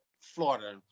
Florida